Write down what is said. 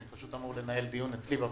אני אמור לנהל דיון אצלי בוועדה.